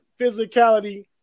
physicality